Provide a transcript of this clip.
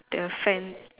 the fence